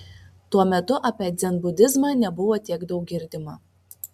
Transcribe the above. tuo metu apie dzenbudizmą nebuvo tiek daug girdima